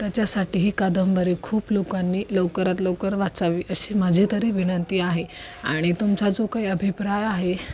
त्याच्यासाठी ही कादंबरी खूप लोकांनी लवकरात लवकर वाचावी अशी माझी तरी विनंती आहे आणि तुमचा जो काही अभिप्राय आहे